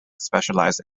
specialized